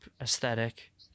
aesthetic